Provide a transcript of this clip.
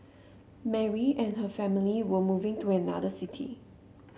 Mary and her family were moving to another city